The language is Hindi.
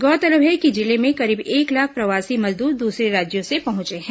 गौरतलब है कि जिले में करीब एक लाख प्रवासी मजदूर दूसरे राज्यों से पहुंचे हैं